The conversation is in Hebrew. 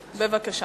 בבקשה.